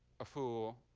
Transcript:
a fool.